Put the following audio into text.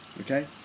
okay